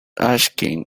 asking